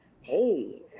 Hey